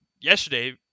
yesterday